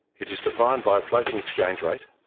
it is defined by a floating exchange rate,